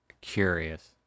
Curious